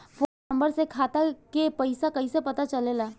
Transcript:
Phone number से खाता के पइसा कईसे पता चलेला?